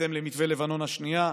בהתאם למתווה לבנון השנייה.